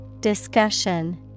Discussion